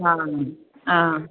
आं हां आं